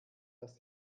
dass